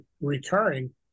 recurring